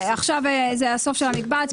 הסוף של המקבץ.